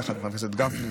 יחד עם חבר הכנסת גפני,